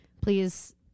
please